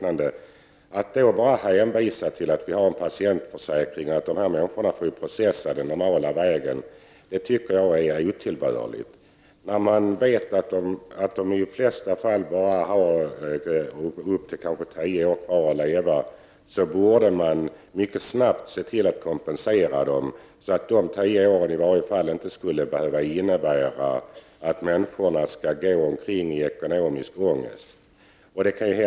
Jag tycker att det är otillbörligt att i dessa fall endast hänvisa till att det finns en patientförsäkring och att dessa människor får processa den normala vägen. I de flesta fall har de kanske bara tre år kvar att leva, och då borde man snabbt kunna kompensera dem så att dessa tre år i varje fall inte skulle behöva innebära att människorna skall gå i ekonomisk ångest.